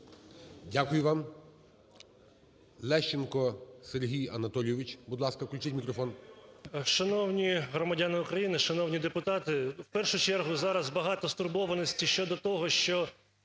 Дякую вам. Лещенко Сергій Анатолійович. Будь ласка, включіть мікрофон.